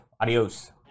Adios